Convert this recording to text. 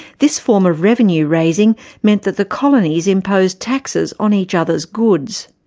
this form of revenue raising meant that the colonies imposed taxes on each other's goods.